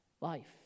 life